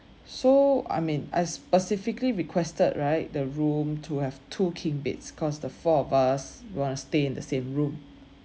so I mean I specifically requested right the room to have two king beds cause the four of us we want to stay in the same room